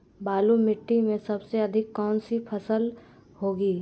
बालू मिट्टी में सबसे अधिक कौन सी फसल होगी?